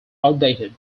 outdated